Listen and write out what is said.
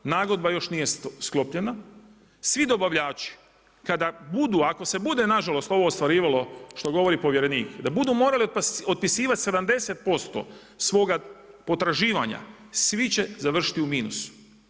Nagodba još nije sklopljena, svi dobavljači ako se bude nažalost ovo ostvarivalo što govori povjerenik, da budu morali otpisivati 70% svoga potraživanja, svi će završiti u minusu.